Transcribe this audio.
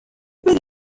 بدی